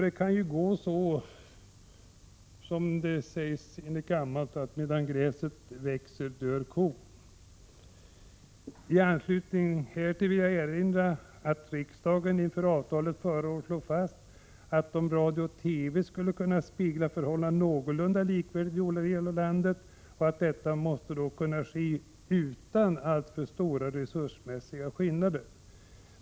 Det kan ju gå som det sägs enligt gammalt att medan gräset växer dör kon. I anslutning härtill vill jag erinra om att riksdagen inför avtalet förra året slog fast att radio-TV skulle kunna spegla förhållandena någorlunda likvärdigt i olika delar av landet och att detta måste kunna ske utan alltför stora resursmässiga skillnader.